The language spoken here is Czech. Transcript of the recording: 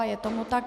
Je tomu tak.